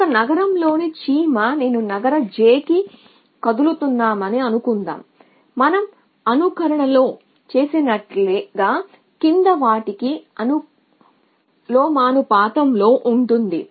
కాబట్టి ఒక నగరంలోని చీమ నేను నగర j కి కదులుతామని అనుకుందాం మనం అనుకరణలో చేసినట్లుగా సమయం చూడండి 5301 కింది వాటికి అనులోమానుపాతంలో ఉంటుంది